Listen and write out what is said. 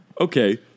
Okay